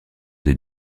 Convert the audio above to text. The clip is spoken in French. des